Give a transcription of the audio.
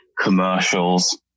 commercials